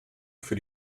für